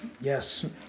Yes